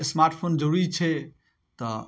smart phone जरूरी छै तऽ